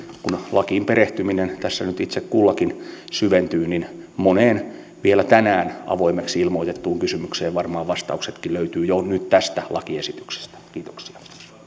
kun lakiin perehtyminen tässä nyt itse kullakin syventyy niin moneen vielä tänään avoimeksi ilmoitettuun kysymykseen varmaan vastauksetkin löytyvät jo nyt tästä lakiesityksestä kiitoksia